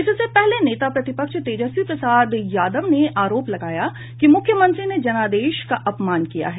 इससे पहले नेता प्रतिपक्ष तेजस्वी प्रसाद यादव ने आरोप लगाया है कि मुख्यमंत्री ने जनादेश का अपमान किया है